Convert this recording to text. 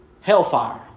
hellfire